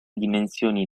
dimensioni